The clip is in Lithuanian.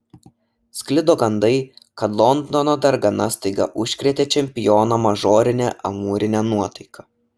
sklido gandai kad londono dargana staiga užkrėtė čempioną mažorine amūrine nuotaika